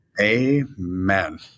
Amen